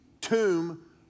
tomb